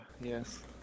Yes